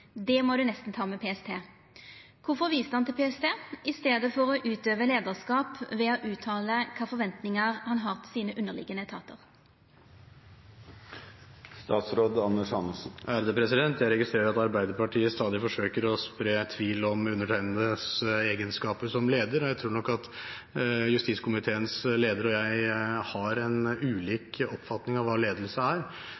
må du nesten ta med PST». Kvifor viste han til PST, i staden for å utøva leiarskap ved å uttala kva forventningar han har til underliggjande etatar?» Jeg registrerer at Arbeiderpartiet stadig forsøker å spre tvil om undertegnedes egenskaper som leder, og jeg tror nok at justiskomiteens leder og jeg har en ulik oppfatning av hva ledelse er,